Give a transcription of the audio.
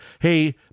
hey